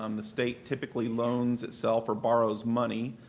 um the state typically loans itself or borrows money